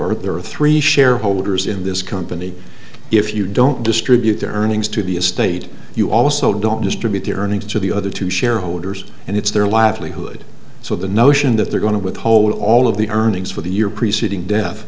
are there are three shareholders in this company if you don't distribute their earnings to the estate you also don't distribute the earnings to the other two shareholders and it's their livelihood so the notion that they're going to withhold all of the earnings for the year preceding death